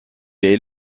est